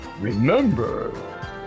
Remember